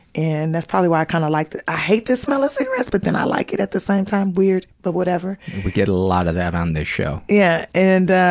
and that's probably why i kind of like i hate the smell of cigarettes, but then i like it at the same time weird, but whatever. we get a lot of that on the show. yeah. and, ah,